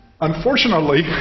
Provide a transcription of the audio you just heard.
Unfortunately